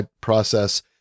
process